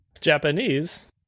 Japanese